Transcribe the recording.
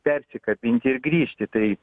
persikabinti ir grįžti tai